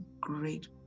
great